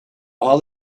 all